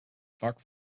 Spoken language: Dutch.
vaak